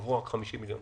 הועברו רק 50 מיליון.